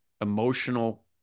emotional